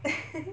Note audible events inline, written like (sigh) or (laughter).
(laughs)